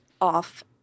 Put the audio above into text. off